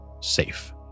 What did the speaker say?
safe